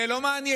זה לא מעניין,